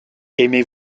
aimez